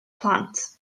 plant